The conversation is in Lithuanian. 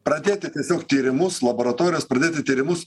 pradėti tiesiog tyrimus laboratorijas pradėti tyrimus